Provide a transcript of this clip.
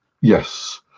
Yes